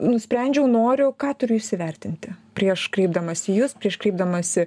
nusprendžiau noriu ką turiu įsivertinti prieš kreipdamasi į jus prieš kreipdamasi